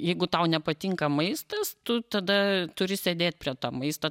jeigu tau nepatinka maistas tu tada turi sėdėt prie to maisto